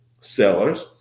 sellers